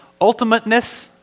ultimateness